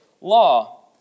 law